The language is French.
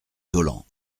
dolent